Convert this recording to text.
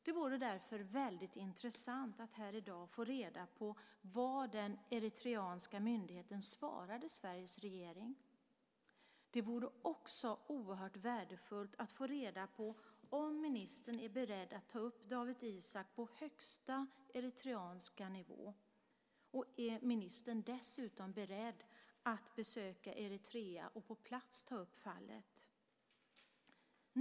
Det vore därför väldigt intressant att här i dag få reda på vad den eritreanska myndigheten svarade Sveriges regering. Det vore också oerhört värdefullt att få reda på om ministern är beredd att ta upp fallet Dawit Isaak på högsta eritreanska nivå. Är ministern dessutom beredd att besöka Eritrea och på plats ta upp fallet?